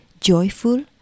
joyful